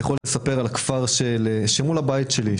אני יכול לספר על הכפר מול הבית שלי,